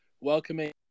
Welcoming